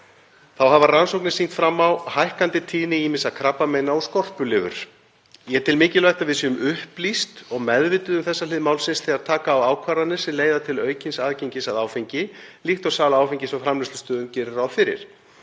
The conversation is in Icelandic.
Þá hafa rannsóknir sýnt fram á hækkandi tíðni ýmissa krabbameina og skorpulifur. Ég tel mikilvægt að við séum upplýst og meðvituð um þessa hlið málsins þegar taka á ákvarðanir sem leiða til aukins aðgengis að áfengi líkt og sala áfengis á framleiðslustöðum gerir ráð fyrir.